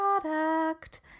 product